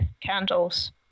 candles